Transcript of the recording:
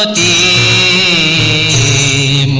e